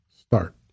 start